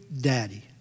daddy